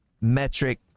metric